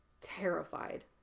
terrified